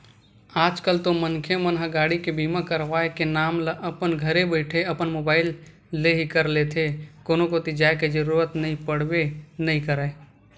आज कल तो मनखे मन ह गाड़ी के बीमा करवाय के काम ल अपन घरे बइठे अपन मुबाइल ले ही कर लेथे कोनो कोती जाय के जरुरत पड़बे नइ करय